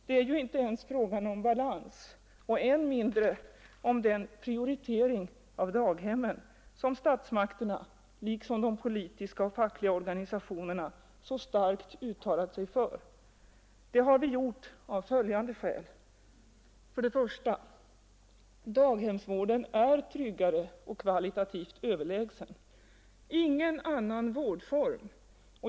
Det är ju inte ens fråga om balans och än mindre om den prioritering av daghemmen som statsmakterna liksom de politiska och fackliga organisationerna så starkt uttalat sig för. Detta har vi gjort av följande skäl: 1. Daghemsvården är tryggare och kvalitativt överlägsen.